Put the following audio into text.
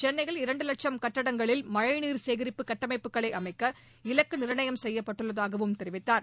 சென்னையில் இரண்டு வட்சம் கட்டடங்களில் மழைநீர் சேகரிப்பு கட்டமைப்புகளை அமைக்க இலக்கு நிர்ணயம் செய்யப்பட்டுள்ளதாகவும் தெரிவித்தார்